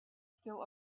still